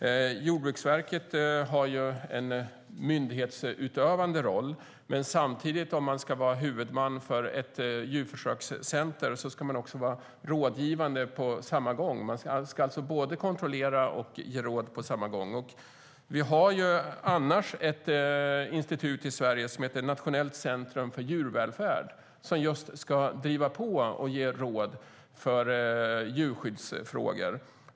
Jordbruksverket har en myndighetsutövande roll. Men om man ska vara huvudman för ett djurförsökscenter ska man på samma gång vara rådgivande. Man ska alltså både kontrollera och ge råd. Vi har annars ett institut i Sverige som heter Nationellt centrum för djurvälfärd. Dess uppgift är just att driva på och ge råd för djurskyddsfrågor.